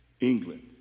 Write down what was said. England